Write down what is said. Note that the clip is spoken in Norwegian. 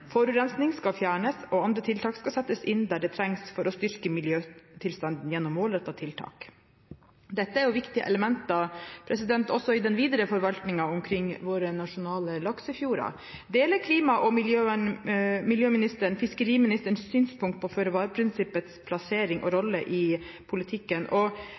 Forurensning skal fjernes, og andre tiltak skal settes inn der det trengs for å styrke miljøtilstanden gjennom målrettede tiltak. Dette er viktige elementer også i den videre forvaltningen omkring våre nasjonale laksefjorder. Deler klima- og miljøministeren fiskeriministerens synspunkt på føre-var-prinsippets plassering og rolle i politikken? Og